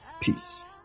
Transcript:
Peace